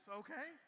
okay